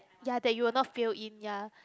ya that you will not fail in ya